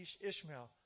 Ishmael